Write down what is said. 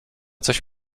coś